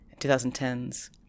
2010s